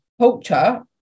culture